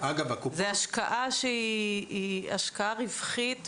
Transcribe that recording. זאת השקעה שהיא השקעה רווחית,